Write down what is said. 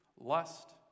lust